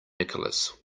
nicholas